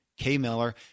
kmiller